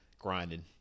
grinding